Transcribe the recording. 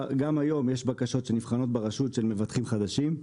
גם היום יש בקשות שנבחנות ברשות של מבטחים חדשים.